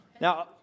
Now